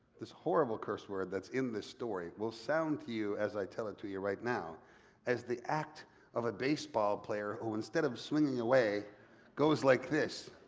this horrible curse word that's in this story, will sound to you as i tell it to you right now as the act of a baseball player, who instead of swinging away goes like this.